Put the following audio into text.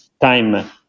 time